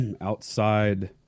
outside